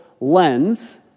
lens